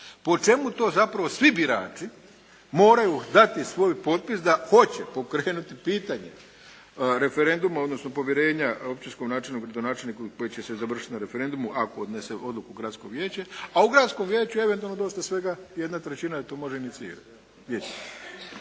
Po čemu to zapravo svi birači moraju dati svoj potpis da hoće pokrenuti pitanje referenduma, odnosno povjerenja općinskom načelniku, gradonačelniku koji će se završiti na referendumu ako donese odluku gradsko vijeće. A u gradskom vijeću je eventualno dosta svega 1/3 to može inicirati.